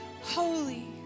holy